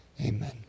Amen